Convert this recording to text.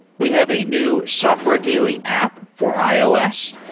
we have a new software daily app for ios.